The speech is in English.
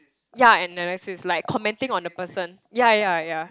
yeah analysis like commenting on the person yeah yeah yeah